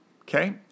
Okay